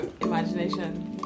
imagination